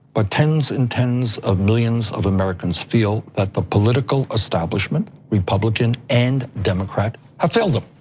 but tens and tens of millions of americans feel that the political establishment, republican and democrat, have failed them.